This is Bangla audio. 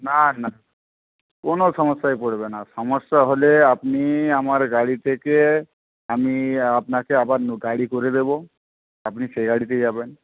না না কোন সমস্যায় পরবে না সমস্যা হলে আপনি আমার গাড়ি থেকে আমি আপনাকে আবার গাড়ি করে দেবো আপনি সেই গাড়িতে যাবেন